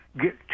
get